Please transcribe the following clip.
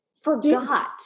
forgot